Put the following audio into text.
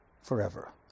forever